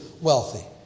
wealthy